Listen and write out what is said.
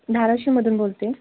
धाराशिवमधून बोलते